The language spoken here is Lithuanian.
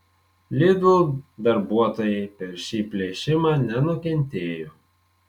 lidl darbuotojai per šį plėšimą nenukentėjo